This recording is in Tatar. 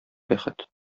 бәхет